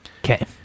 Okay